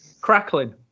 Crackling